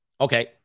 Okay